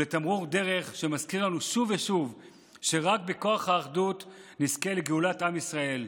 ולתמרור דרך שמזכיר לנו שוב ושוב שרק בכוח האחדות נזכה לגאולת עם ישראל.